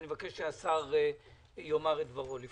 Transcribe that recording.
אני מבקש שהשר יאמר את דברו.